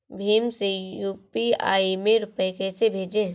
भीम से यू.पी.आई में रूपए कैसे भेजें?